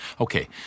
Okay